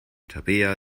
tabea